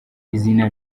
izina